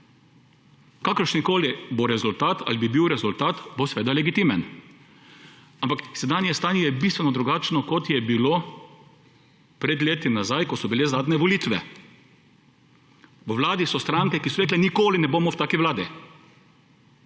Kakršni koli bo rezultat ali bi bil rezultat, bo seveda legitimen. Ampak sedanje stanje je bistveno drugačno, kot je bilo pred leti nazaj, ko so bile zadnje volitve. V vladi so stranke, ki so rekle, nikoli ne bomo v taki vladi.